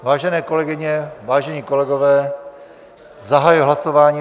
Vážené kolegyně, vážení kolegové, zahajuji hlasování.